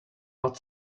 not